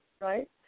right